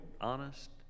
honest